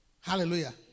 Hallelujah